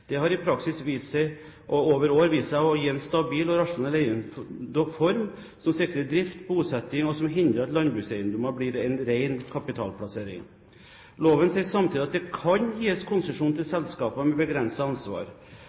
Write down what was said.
Det har i praksis over år vist seg å gi en stabil og rasjonell eierform som hindrer at landbrukseiendommer blir en ren kapitalplassering. Loven sier samtidig at det kan gis konsesjon til selskaper med begrenset ansvar.